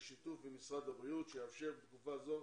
לשיתוף במשרד הבריאות שיאפשר בתקופה זו